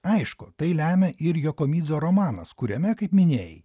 aišku tai lemia ir jokomidzo romanas kuriame kaip minėjai